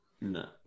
No